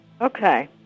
Okay